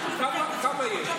כמה יש?